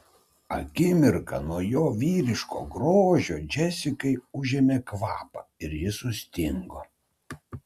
akimirką nuo jo vyriško grožio džesikai užėmė kvapą ir ji sustingo